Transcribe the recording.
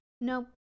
Nope